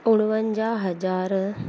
उणवंजाहु हज़ार